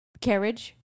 carriage